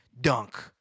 dunk